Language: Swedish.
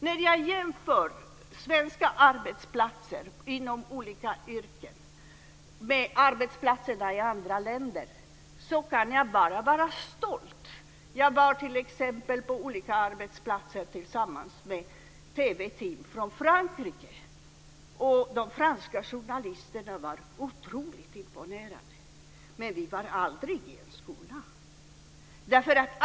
När jag jämför svenska arbetsplatser inom olika yrken med arbetsplatser i andra länder kan jag bara vara stolt. Jag var t.ex. på olika arbetsplatser tillsammans med ett TV-team från Frankrike, och de franska journalisterna var otroligt imponerade. Men vi var aldrig i en skola.